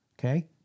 Okay